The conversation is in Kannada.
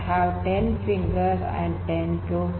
I have 10 fingers and 10 toes